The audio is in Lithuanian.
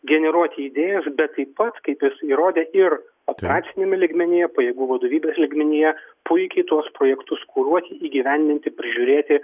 generuoti idėjas bet taip pat kaip jis įrodė ir operaciniame lygmenyje pajėgų vadovybės lygmenyje puikiai tuos projektus kuruoti įgyvendinti prižiūrėti